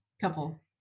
Couple